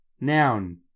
noun